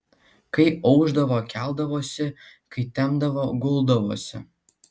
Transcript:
kai aušdavo keldavosi kai temdavo guldavosi